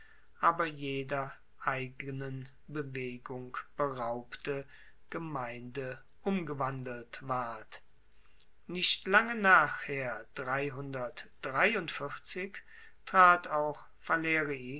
aber jeder eigenen bewegung beraubte gemeinde umgewandelt ward nicht lange nachher trat auch